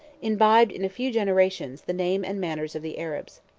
imbibed, in a few generations, the name and manners of the arabs.